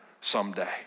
someday